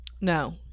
No